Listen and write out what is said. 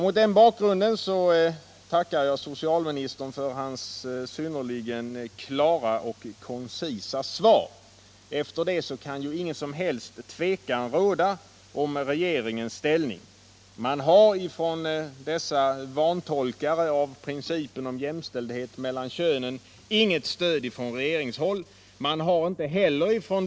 Mot den bakgrunden tackar jag socialministern för hans synnerligen klara och koncisa svar. Efter det kan ingen som helst tveksamhet råda om regeringens inställning. Vantolkare av principen om jämställdhet mellan könen har inget stöd från regeringshåll.